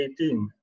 18